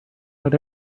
out